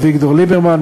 אביגדור ליברמן,